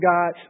God